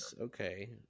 Okay